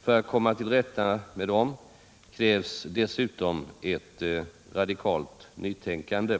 För att komma till rätta med dem krävs dessutom ett radikalt nytänkande.